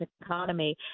economy